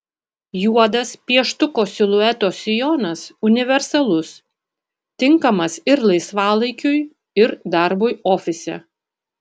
juodas pieštuko silueto sijonas universalus tinkamas ir laisvalaikiui ir darbui ofise